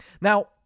Now